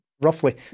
roughly